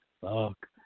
fuck